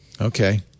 Okay